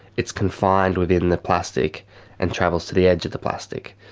it is confined within the plastic and travels to the edge of the plastic,